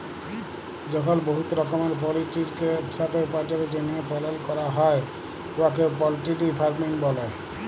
যখল বহুত রকমের পলটিরিকে ইকসাথে উপার্জলের জ্যনহে পালল ক্যরা হ্যয় উয়াকে পলটিরি ফার্মিং ব্যলে